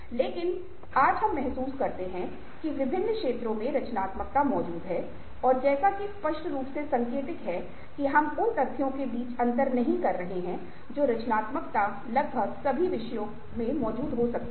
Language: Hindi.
लेकिन आज हम महसूस करते हैं कि विभिन्न क्षेत्रों में रचनात्मकता मौजूद है और जैसा कि स्पष्ट रूप से संकेतित है कि हम उन तथ्यों के बीच अंतर नहीं कर रहे हैं जो रचनात्मकता लगभग सभी विषयों में मौजूद हो सकती है